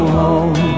home